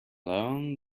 long